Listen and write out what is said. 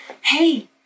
Hey